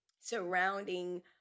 surrounding